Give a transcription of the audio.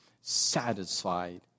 satisfied